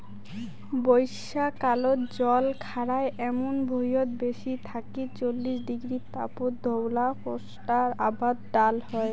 বইষ্যাকালত জল খাড়ায় এমুন ভুঁইয়ত বিশ থাকি চল্লিশ ডিগ্রী তাপত ধওলা কোষ্টার আবাদ ভাল হয়